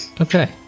Okay